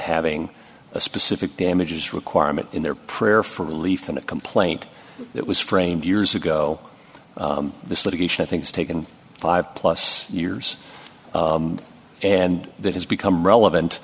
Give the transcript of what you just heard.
having a specific damages requirement in their prayer for relief and a complaint that was framed years ago this litigation i think is taken five plus years and that has become relevant